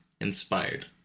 inspired